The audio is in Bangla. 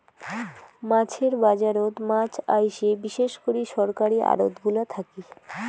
মাছের বাজারত মাছ আইসে বিশেষ করি সরকারী আড়তগুলা থাকি